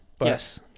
yes